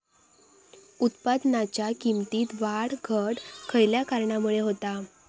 उत्पादनाच्या किमतीत वाढ घट खयल्या कारणामुळे होता?